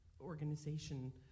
organization